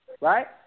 Right